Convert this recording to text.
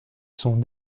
sont